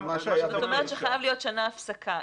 זאת אומרת, חייבת להיות שנה הפסקה.